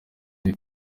iyo